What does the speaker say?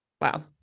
Wow